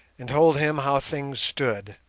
and told him how things stood,